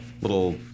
little